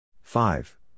Five